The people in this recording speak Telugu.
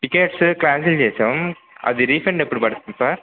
టికేట్సు వ్ క్యాన్సిల్ చేశాము అది రీఫండ్ ఎప్పుడు పడుతుంది సార్